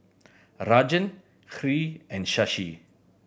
Rajan Hri and Shashi